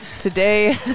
Today